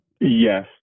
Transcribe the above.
Yes